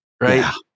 right